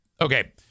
Okay